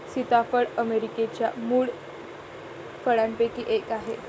सीताफळ अमेरिकेच्या मूळ फळांपैकी एक आहे